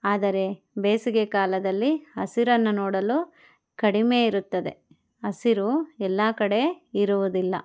ಆದರೆ ಬೇಸಿಗೆ ಕಾಲದಲ್ಲಿ ಹಸಿರನ್ನು ನೋಡಲು ಕಡಿಮೆ ಇರುತ್ತದೆ ಹಸಿರು ಎಲ್ಲ ಕಡೆ ಇರುವುದಿಲ್ಲ